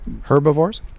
Herbivores